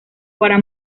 para